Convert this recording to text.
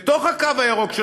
בתוך הקו הירוק,